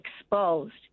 exposed